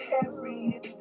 Harry